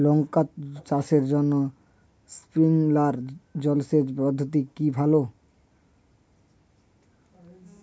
লঙ্কা চাষের জন্য স্প্রিংলার জল সেচ পদ্ধতি কি ভালো?